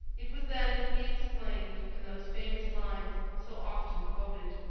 it was then that he exclaimed in those famous lines so often quoted,